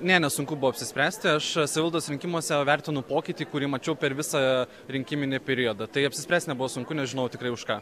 ne nesunku buvo apsispręsti aš savivaldos rinkimuose vertinu pokytį kurį mačiau per visą rinkiminį periodą tai apsispręst nebuvo sunku nes žinau tikrai už ką